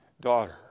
daughter